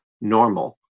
normal